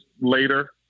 later